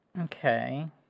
Okay